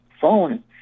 phone